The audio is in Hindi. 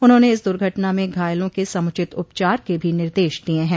उन्होंने इस दुर्घटना मं घायलों के समुचित उपचार के भी निर्देश दिये हैं